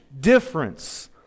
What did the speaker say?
difference